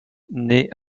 naît